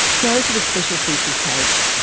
go to the special features page.